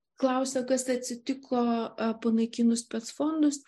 klausia kas atsitiko panaikinus spec fondus